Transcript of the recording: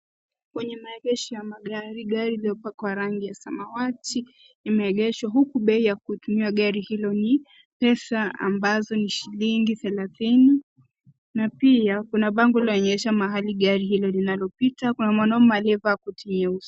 Kwenye maegesho ya magari, gari lililopakwa rangi ya samawati limeegeshwa huku bei ya kuitumia gari hilo ni pesa ambazo ni shilingi thelathini na pia kuna bango linaonyesha mahali gari hilo linalopita. Kuna mwanaume aliyevaa koti nyeusi .